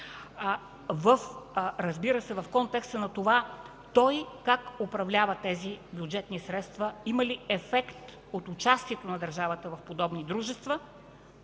участие, в контекста на това как този принципал управлява тези бюджетни средства, има ли ефект от участието на държавата в подобни дружества.